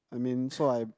I mean so I